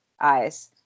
eyes